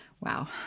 Wow